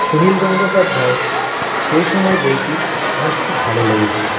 সুনীল গঙ্গোপাধ্যায় সেই সময় বইটি আমার খুব ভালো লেগেছে